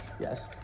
Yes